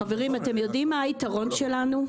חברים, אתם יודעים מה היתרון שלנו?